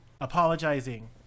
apologizing